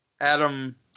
Adam